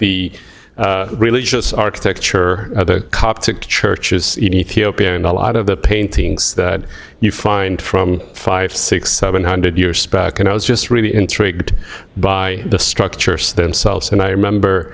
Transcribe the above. the religious architecture of the coptic church is ethiopia and a lot of the paintings that you find from five six seven hundred years back and i was just really intrigued by the structures themselves and i remember